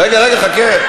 רגע, רגע, חכה.